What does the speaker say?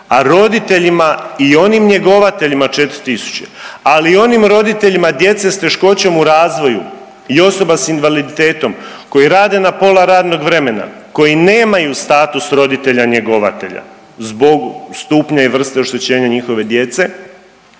a roditeljima i onim njegovateljima 4 tisuće, ali i onim roditeljima djece s teškoćom u razvoju i osoba s invaliditetom koji rade na pola radnog vremena, koji nemaju status roditelja njegovatelja zbog stupnja i vrste oštećenja njihove djece